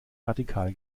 radikal